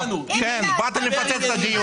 לא באנו לזה.